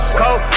cold